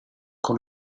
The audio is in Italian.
con